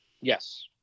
Yes